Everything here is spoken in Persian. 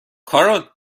کارول